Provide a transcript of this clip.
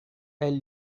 elles